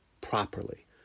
properly